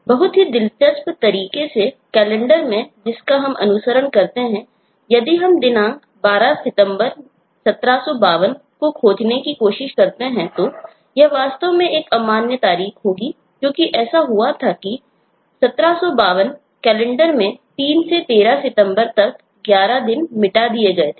बहुत ही दिलचस्प तरीके से कैलेंडर में जिसका हम अनुसरण करते हैं यदि हम दिनांक 12 सितंबर 1752 को खोजने की कोशिश करते हैं तो यह वास्तव में एक अमान्य तारीख होगी क्योंकि ऐसा हुआ था कि 1752 कैलेंडर में 3 से 13 सितंबर तक 11 दिन मिटा दिए गए थे